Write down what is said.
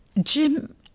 Jim